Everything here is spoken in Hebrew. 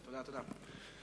תודה, תודה.